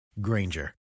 Granger